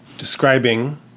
Describing